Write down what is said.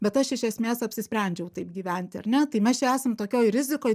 bet aš iš esmės apsisprendžiau taip gyventi ar ne tai mes čia esam tokioj rizikoj